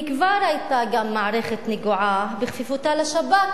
כבר היתה גם מערכת נגועה בכפיפותה לשב"כ,